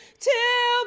to